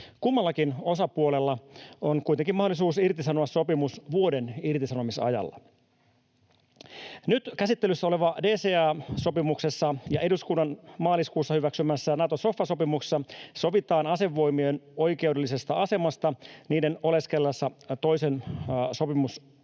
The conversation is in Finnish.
Kummallakin osapuolella on kuitenkin mahdollisuus irtisanoa sopimus vuoden irtisanomisajalla. Nyt käsittelyssä olevassa DCA-sopimuksessa ja eduskunnan maaliskuussa hyväksymässä Nato-sofa-sopimuksessa sovitaan asevoimien oikeudellisesta asemasta niiden oleskellessa toisen sopimusosapuolen